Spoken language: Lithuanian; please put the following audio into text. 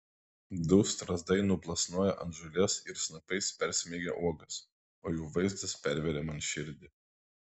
du strazdai nuplasnoja ant žolės ir snapais persmeigia uogas o jų vaizdas perveria man širdį